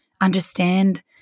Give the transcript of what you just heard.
understand